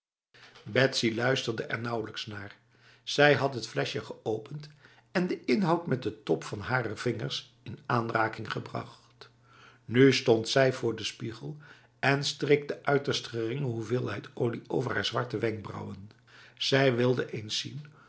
betsy luisterde er nauwelijks naar zij had t flesje geopend en de inhoud met de top van een harer vingers in aanraking gebracht nu stond zij voor de spiegel en streek de uiterst geringe hoeveelheid olie over haar zwarte wenkbrauwen zij wilde